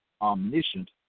omniscient